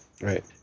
Right